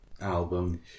album